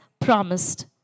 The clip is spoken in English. promised